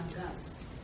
gas